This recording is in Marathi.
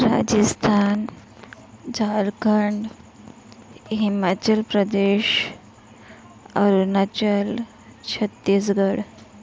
राजस्थान झारखंड हिमाचल प्रदेश अरुणाचल छत्तीसगड